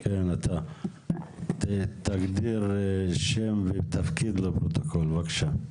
שם ותפקיד לפרוטוקול, בבקשה.